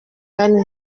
kandi